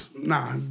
Nah